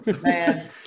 man